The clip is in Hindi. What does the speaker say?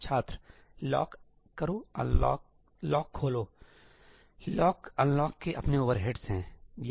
छात्र लॉक करो लॉक खोलो लॉक अनलॉक के अपने ओवरहेड्स हैंठीक